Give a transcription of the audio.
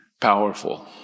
powerful